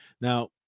Now